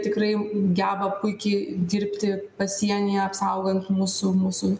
tikrai geba puikiai dirbti pasienyje apsaugant mūsų mūsų